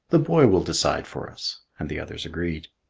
the boy will decide for us. and the others agreed.